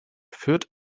führt